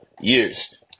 years